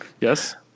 Yes